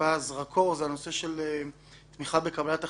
טיפה זרקור זה הנושא של תמיכה בקבלת החלטות,